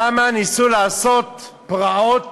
שם ניסו לעשות פרעות